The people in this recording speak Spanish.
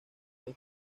vez